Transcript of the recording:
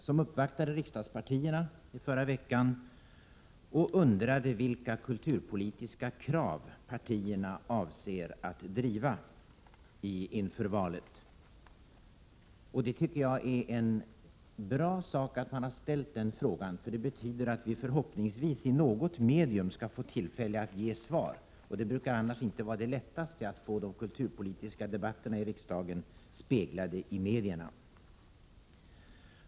De uppvaktade riksdagspartierna förra veckan och undrade vilka kulturpolitiska krav partierna avser att driva inför valet. Det är bra att de har ställt denna fråga, för det betyder att vi förhoppningsvis skall få tillfälle att ge svar i något medium. Det brukar annars inte vara det lättaste att få de kulturpolitiska debatterna i riksdagen speglade i medierna.